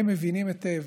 הם מבינים היטב